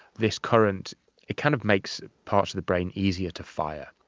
this current kind of makes part of the brain easier to fire.